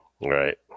Right